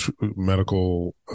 medical